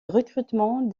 recrutement